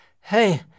hey